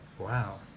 wow